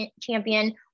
Champion